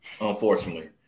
unfortunately